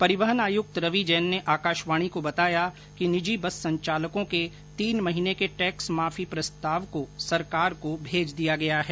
परिवहन आयुक्त रवि जैन ने आकाशवाणी को बताया कि निजी बस संचालकों के तीन महीने के टैक्स माफी प्रस्ताव को सरकार को भेज दिया गया है